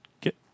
Get